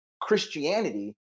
Christianity